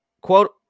quote